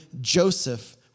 Joseph